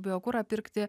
biokurą pirkti